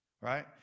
Right